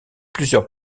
plusieurs